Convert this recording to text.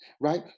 Right